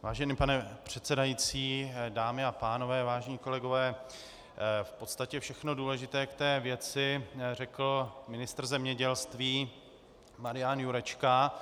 Vážený pane předsedající, dámy a pánové, vážení kolegové, v podstatě všechno důležité k té věci řekl ministr zemědělství Marian Jurečka.